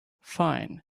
fine